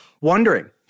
wondering